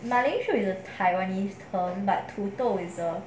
马铃薯 is a taiwanese term but 土豆 is a